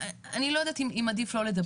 אני לא יודעת אם עדיף לא לדבר.